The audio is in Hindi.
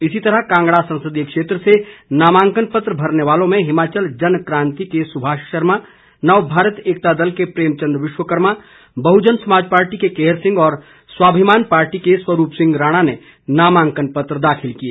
इसी तरह कांगड़ा संसदीय क्षेत्र से नामांकन पत्र भरने वालों में हिमाचल जन क्रांति के सुभाष शर्मा नव भारत एकता दल के प्रेम चन्द विश्वकर्मा बहुजन समाज पार्टी के केहर सिंह और स्वाभिमान पार्टी के स्वरूप सिंह राणा ने नामांकन पत्र दाखिल किए